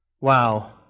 wow